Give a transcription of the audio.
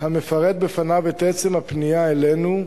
מכתב המפרט בפניו את עצם הפנייה אלינו,